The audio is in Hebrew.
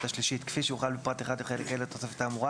השלישית כפי שהוחל בפרט 1 בחלק ה' לתוספת האמורה